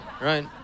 right